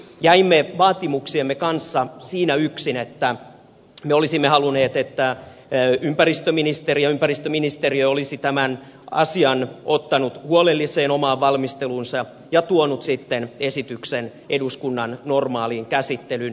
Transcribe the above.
jäimme vaatimuksiemme kanssa siinä yksin että me olisimme halunneet että ympäristöministeri ja ympäristöministeriö olisi tämän asian ottanut huolelliseen omaan valmisteluunsa ja tuonut sitten esityksen eduskunnan normaaliin käsittelyyn